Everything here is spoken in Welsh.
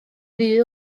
ddu